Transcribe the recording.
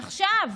עכשיו,